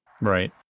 right